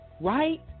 right